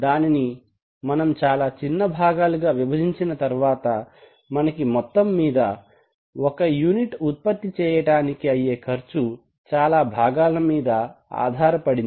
దానిని మనం చాలా చిన్న భాగాలుగా విభజించిన తర్వాత మనకి మొత్తం మీద ఒక యూనిట్ ఉత్పత్తి చేయడానికి అయ్యే ఖర్చు చాలా భాగాలు మీద ఆధారపడింది